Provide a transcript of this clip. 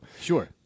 Sure